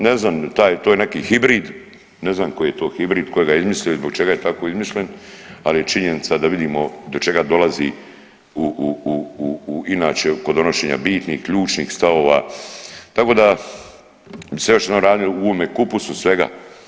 Ne znam taj, to je neki hibrid, ne znam koji je to hibrid, tko ga je izmislio i zbog čega je tako izmišljen ali je činjenica da vidimo do čega dolazi u inače kod donošenja bitnih, ključnih stavova tako da bi se još naranio u ovome kupusu svega.